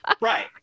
right